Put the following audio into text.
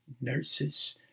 nurses